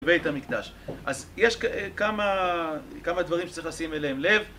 בית המקדש. אז יש כמה דברים שצריך לשים אליהם לב